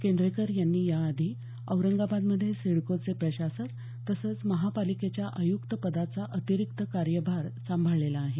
केंद्रेकर यांनी याआधी औरंगाबादमध्ये सिडकोचे प्रशासक तसंच महापालिकेच्या आय्क्त पदाचा अतिरिक्त कार्यभार सांभाळलेला आहे